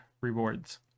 rewards